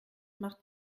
macht